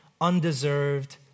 undeserved